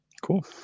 Cool